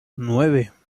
nueve